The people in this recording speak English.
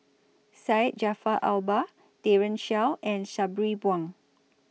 Syed Jaafar Albar Daren Shiau and Sabri Buang